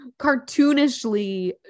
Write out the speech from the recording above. cartoonishly